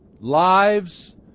lives